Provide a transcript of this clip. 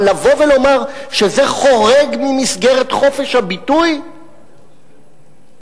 אבל לבוא ולומר שזה חורג ממסגרת חופש הביטוי אי-אפשר.